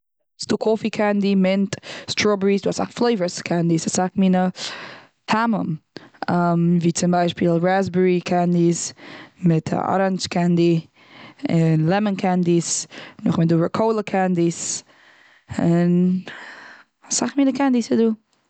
ס'דא קאפי קענדי, מינט, סטראבערי. ס'איז דא אסאך פלעיווערס קענדיס, אסאך מינע טעמים. ווי צום ביישפיל רעזבערי, קענדיס, מיא א אראנדזש קענדי, און לעמען קענדיס, נאך דעם איז דא ריקאלע קענדיס, און אסאך מינע קענדיס איז דא.